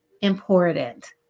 important